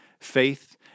Faith